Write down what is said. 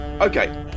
Okay